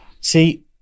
See